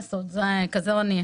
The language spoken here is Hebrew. מי לעשות, כזאת אני.